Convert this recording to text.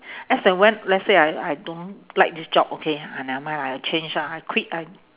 as and when let's say I I don't like this job okay ah never mind lah I change ah I quit I